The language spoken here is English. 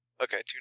Okay